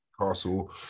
Castle